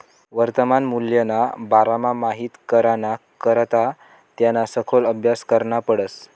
वर्तमान मूल्यना बारामा माहित कराना करता त्याना सखोल आभ्यास करना पडस